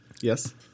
Yes